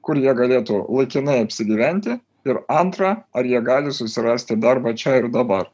kur jie galėtų laikinai apsigyventi ir antra ar jie gali susirasti darbą čia ir dabar